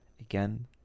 again